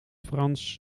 frans